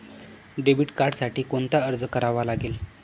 Debit कार्डसाठी कोणता अर्ज करावा लागेल?